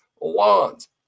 lawns